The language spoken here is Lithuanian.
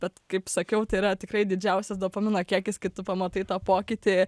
bet kaip sakiau tai yra tikrai didžiausias dopamino kiekis kai tu pamatai tą pokytį